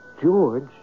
George